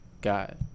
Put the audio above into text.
got